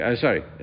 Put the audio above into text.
Sorry